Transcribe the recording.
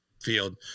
field